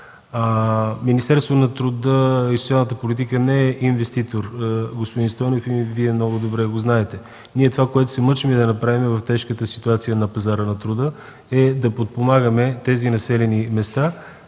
Министерството на труда и социалната политика не е инвеститор, господин Стойнев, и Вие много добре го знаете. Това, което се мъчим да направим в тежката ситуация на пазара на труда, е да подпомагаме тези населени места